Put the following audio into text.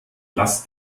lass